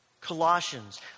Colossians